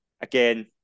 again